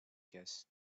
just